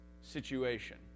situation